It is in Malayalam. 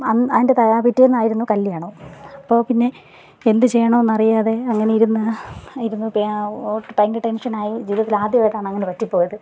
അന്ന് അതിൻ്റെ തലേ പിറ്റേന്നായിരുന്നു കല്യാണം അപ്പോൾ പിന്നെ എന്ത് ചെയ്യണമെന്ന് അറിയാതെ അങ്ങനെ ഇരുന്ന് ഇരുന്ന് ഓട്ട് ഭയങ്കര ടെൻഷനായി ജീവിതത്തിലാദ്യമായിട്ടാണ് അങ്ങനെ പറ്റിപ്പോയത്